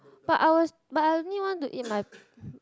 but I was but I only want to eat my